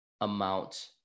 amount